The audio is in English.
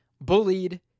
bullied